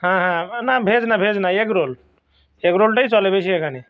হ্যাঁ হ্যাঁ না ভেজ না ভেজ না এগরোল এগরোলটাই চলে বেশি এখানে